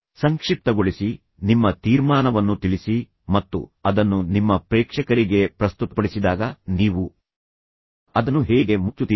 ಸಂಕ್ಷಿಪ್ತಗೊಳಿಸಿ ನಿಮ್ಮ ತೀರ್ಮಾನವನ್ನು ತಿಳಿಸಿ ಮತ್ತು ಅದನ್ನು ನಿಮ್ಮ ಪ್ರೇಕ್ಷಕರಿಗೆ ಪ್ರಸ್ತುತಪಡಿಸಿದಾಗ ನೀವು ಅದನ್ನು ಹೇಗೆ ಮುಚ್ಚುತ್ತೀರಿ